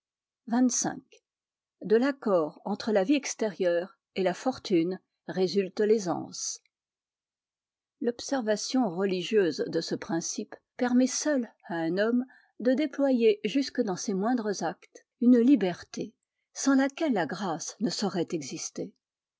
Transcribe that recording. de l'accord entre la vie extérieure et la fortune résulte l'aisance l'observation religieuse de ce principe permet seule à un homme de déployer jusque dans ses moindres actes une liberté sans laquelle la grâce ne saurait exister